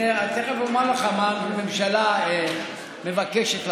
אני תכף אומר לך מה הממשלה מבקשת לעשות.